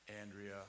Andrea